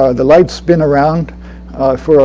ah the lights spin around for